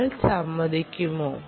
നിങ്ങൾ സമ്മതിക്കുമോ